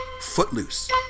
Footloose